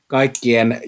Kaikkien